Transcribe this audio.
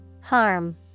Harm